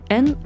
en